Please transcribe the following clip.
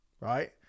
right